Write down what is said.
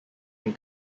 can